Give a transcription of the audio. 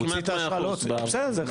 האם הוא הוציא את האשרה, כן או לא?